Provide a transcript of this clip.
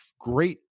great